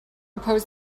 oppose